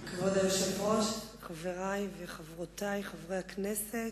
כבוד היושב-ראש, חברי וחברותי חברי הכנסת,